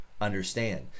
understand